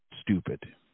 stupid